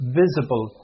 visible